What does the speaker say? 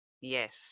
Yes